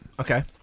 Okay